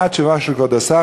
מה התשובה של כבוד השר?